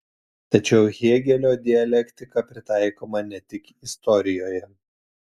tačiau hėgelio dialektika pritaikoma ne tik istorijoje